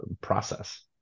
process